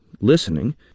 listening